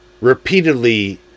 repeatedly